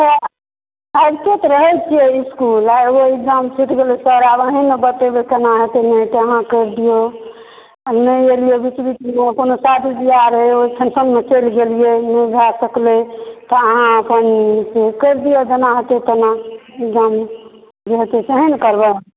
अबैते तऽ रहैत छियै इस्कुल एगो इग्ज़ैम छूटि गेलै सर आब अहीँ ने बतेबै केना हेतै नहि हेतै अहाँ कहियौ नहि एलियै बीच बीचमे कोनो शादी ब्याह रहै ओहि फ़ंक्शनमे चलि गेलियै नहि भए सकलै अहाँ अपन करि दिअ जेना हेतै तेना इग्ज़ैम जे हेतै सएह ने करबै